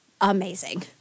amazing